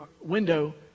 window